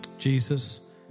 Jesus